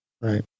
Right